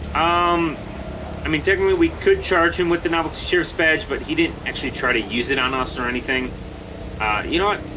um i mean technically we could charge him with the novelty sheriff's badge but he didn't actually try to use it on us or anything ah you know what